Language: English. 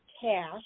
Cash